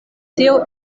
tio